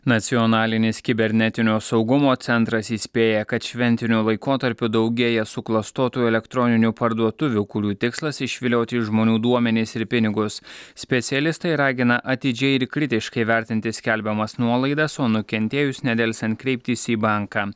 nacionalinis kibernetinio saugumo centras įspėja kad šventiniu laikotarpiu daugėja suklastotų elektroninių parduotuvių kurių tikslas išvilioti iš žmonių duomenis ir pinigus specialistai ragina atidžiai ir kritiškai vertinti skelbiamas nuolaidas o nukentėjus nedelsiant kreiptis į banką